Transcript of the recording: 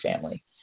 family